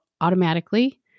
automatically